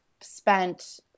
spent